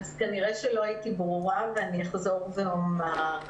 כנראה שלא הייתי ברורה ואני אחזור ואומר.